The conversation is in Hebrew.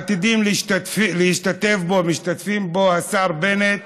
עתידים להשתתף בו, משתתפים בו השר בנט,